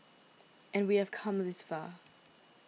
and we have come this far